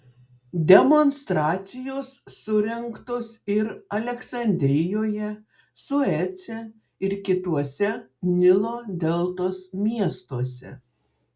demonstracijos surengtos ir aleksandrijoje suece ir kituose nilo deltos miestuose